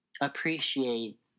appreciate